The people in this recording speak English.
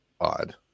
odd